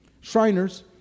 Shriners